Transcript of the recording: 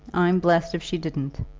i'm blessed if she didn't.